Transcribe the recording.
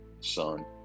Son